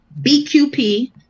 BQP